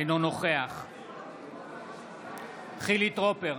אינו נוכח חילי טרופר,